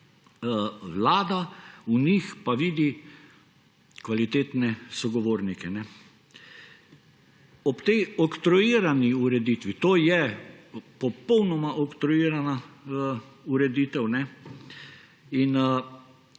vlada v njih vidi kvalitetne sogovornike. Ob tej oktroirani ureditvi, to je popolnoma oktroirana ureditev in